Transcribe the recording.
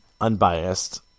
unbiased